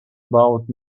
about